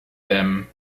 them